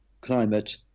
climate